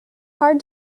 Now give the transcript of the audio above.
hard